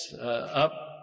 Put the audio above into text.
up